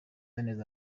neza